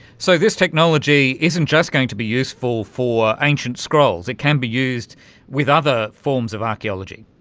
so this technology isn't just going to be useful for ancient scrolls, it can be used with other forms of archaeology?